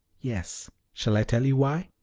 yes. shall i tell you why?